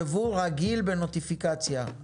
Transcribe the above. ייבוא רגיל בנוטיפיקציה.